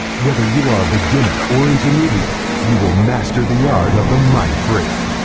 whether you are a beginner or intermediate, you will master the art of the mindfreak.